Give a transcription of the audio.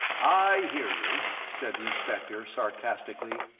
i hear you, said the inspector, sarcastically.